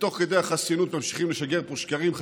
ותוך כדי החסינות ממשיכים לשגר פה שקרים.